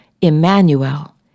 Emmanuel